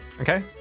Okay